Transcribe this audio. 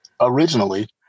originally